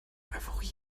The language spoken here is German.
euphorie